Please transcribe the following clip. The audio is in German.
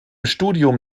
studium